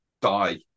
die